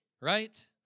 Right